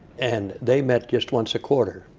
and they met just once a quarter.